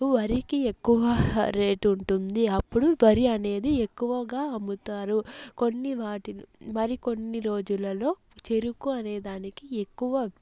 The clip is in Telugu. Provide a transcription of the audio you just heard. వరికి ఎక్కువ రేటు ఉంటుంది అప్పుడు వరి అనేది ఎక్కువగా అమ్ముతారు కొన్ని వాటి మరి కొన్ని రోజులలో చెరుకు అనే దానికి ఎక్కువ